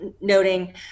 noting